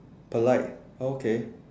polite okay